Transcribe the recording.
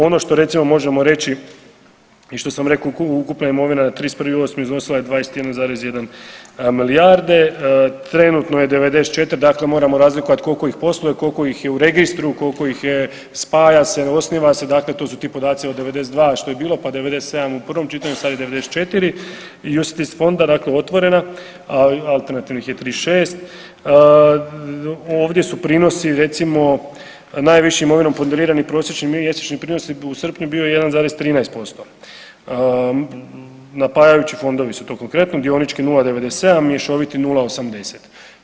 Ono što recimo možemo reći i što sam rekao ukupna imovina 31.8. iznosila je 21,1 milijarde, trenutno je 94 dakle moramo razlikovat koliko ih posluje, koliko ih je u registru, koliko ih je spaja se, ne osniva se dakle to su ti podaci od 92 što je bilo pa 97 u prvom čitanju, sad je 94 … fonda dakle otvorena, alternativnih je 36. ovdje su prinosi recimo najvišom imovinom ponderirani prosječni mjesečni prinosi u srpnju bio 1,13%, napajajući fondovi su to konkretno dionički 0,97, mješoviti 0,80.